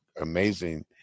amazing